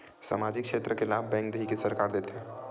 सामाजिक क्षेत्र के लाभ बैंक देही कि सरकार देथे?